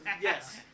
Yes